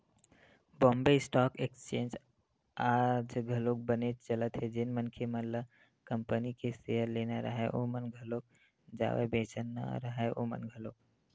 Bombay stock exchange आज घलोक बनेच चलत हे जेन मनखे मन ल कंपनी के सेयर लेना राहय ओमन घलोक जावय बेंचना राहय ओमन घलोक